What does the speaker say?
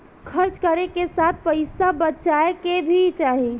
खर्च करे के साथ पइसा बचाए के भी चाही